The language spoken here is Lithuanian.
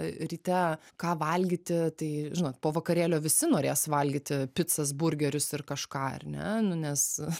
ryte ką valgyti tai žinot po vakarėlio visi norės valgyti picas burgerius ir kažką ar ne nu nes